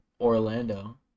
Orlando